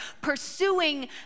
pursuing